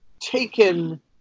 taken